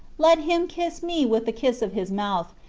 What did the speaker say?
let him kiss me with the kiss of his mouth,